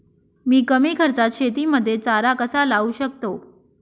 मी कमी खर्चात शेतीमध्ये चारा कसा लावू शकतो?